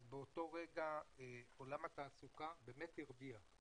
אז באותו רגע עולם התעסוקה באמת הרוויח.